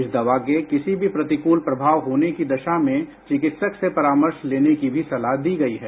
इस दवा के किसी भी प्रतिकूल प्रभाव होने की दशा में चिकित्सक से भी परामर्श लेने की सलाह दी गई है